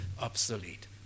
obsolete